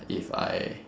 if I